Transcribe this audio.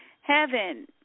heaven